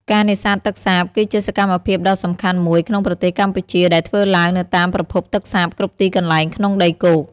ការនេសាទទឹកសាបគឺជាសកម្មភាពដ៏សំខាន់មួយក្នុងប្រទេសកម្ពុជា ដែលធ្វើឡើងនៅតាមប្រភពទឹកសាបគ្រប់ទីកន្លែងក្នុងដីគោក។